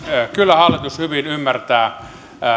kyllä hallitus hyvin ymmärtää